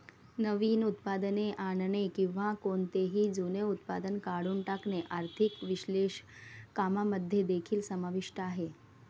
नवीन उत्पादने आणणे किंवा कोणतेही जुने उत्पादन काढून टाकणे आर्थिक विश्लेषकांमध्ये देखील समाविष्ट आहे